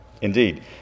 Indeed